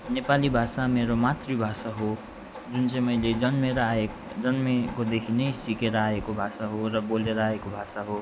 नेपाली भाषा मेरो मातृभाषा हो जुन चाहिँ मैले जन्मेर आएको जन्मेकोदेखि नै सिकेर भाषा हो र बोलेर आएको भाषा हो